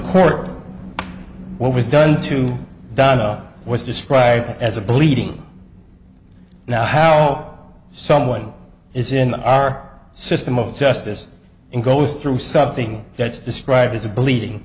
court what was done to donna was described as a bleeding now how someone who is in our system of justice and go through something that's described as a bleeding